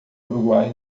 uruguai